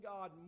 God